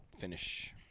Finish